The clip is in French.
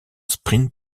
sprint